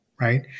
right